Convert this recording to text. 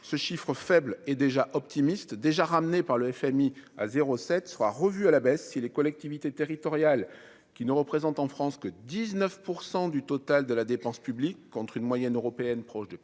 ce chiffre faible et déjà optimiste déjà ramené par le FMI à 07 soit revu à la baisse si les collectivités territoriales qui ne représente en France que 19 % du total de la dépense publique, contre une moyenne européenne proche de 40